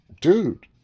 dude